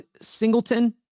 Singleton